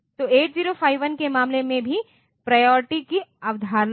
तो 8051 के मामले में भी प्रायोरिटी की अवधारणा है